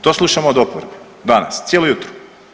To slušamo od oporbe danas cijelo jutro.